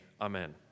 amen